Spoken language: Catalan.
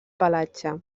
pelatge